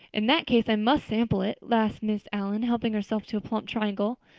in that case i must sample it, laughed mrs. allan, helping herself to a plump triangle,